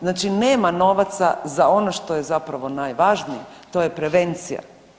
Znači nema novaca za ono što je zapravo najvažnije, to je prevencija.